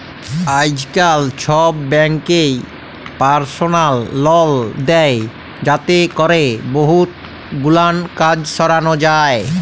আইজকাল ছব ব্যাংকই পারসলাল লল দেই যাতে ক্যরে বহুত গুলান কাজ সরানো যায়